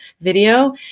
video